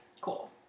cool